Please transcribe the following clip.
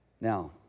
Now